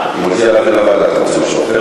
מציע לכם לוועדה, אתה רוצה משהו אחר?